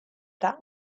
that